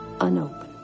unopened